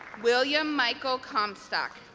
william michael comstock